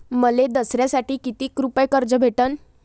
मले दसऱ्यासाठी कितीक रुपये कर्ज भेटन?